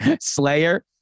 Slayer